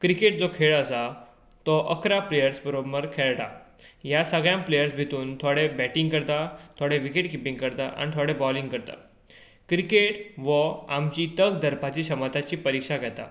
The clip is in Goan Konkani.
क्रिकेट जो खेळ आसा तो इकरा प्लेयर्ज बरोबर खेळटात ह्या सगळ्यां प्लेयर्ज भितर थोडे बॅटींग करता थोडे विकेट किपींग करता आनी थोडे बॉलींग करता क्रिकेट हो आमची तक धरपाची क्षमताची परिक्षा घेता